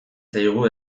zaigu